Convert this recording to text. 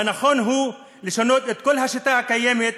והנכון הוא לשנות את כל השיטה הקיימת,